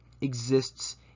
exists